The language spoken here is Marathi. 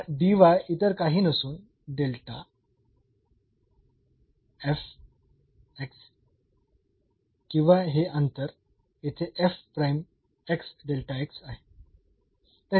तर हा इतर काही नसून डेल्टा x f x किंवा हे अंतर येथे आहे